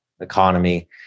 economy